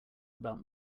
about